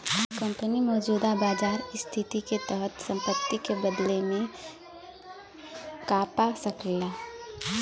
company मौजूदा बाजार स्थिति के तहत संपत्ति के बदले में का पा सकला